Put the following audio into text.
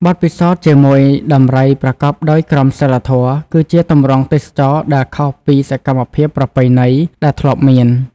បទពិសោធន៍ជាមួយដំរីប្រកបដោយក្រមសីលធម៌ គឺជាទម្រង់ទេសចរណ៍ដែលខុសពីសកម្មភាពប្រពៃណីដែលធ្លាប់មាន។